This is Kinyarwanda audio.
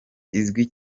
izwi